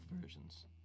versions